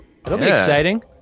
exciting